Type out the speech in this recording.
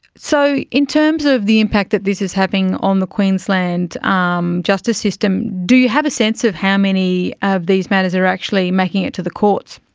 so in terms of the impact that this is having on the queensland um justice system, do you have a sense of how many of these matters are actually making it to the courts?